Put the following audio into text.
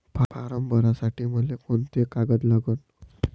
Form भरासाठी मले कोंते कागद लागन?